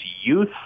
youth